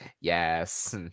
Yes